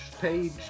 page